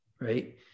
right